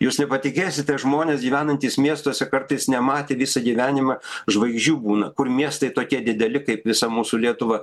jūs nepatikėsite žmonės gyvenantys miestuose kartais nematė visą gyvenimą žvaigždžių būna kur miestai tokie dideli kaip visa mūsų lietuva